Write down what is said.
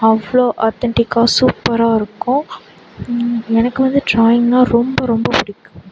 அவ்வளோ ஆத்தன்டிக்காக சூப்பராக இருக்கும் எனக்கு வந்து டிராயிங்னால் ரொம்ப ரொம்ப பிடிக்கும்